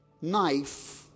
knife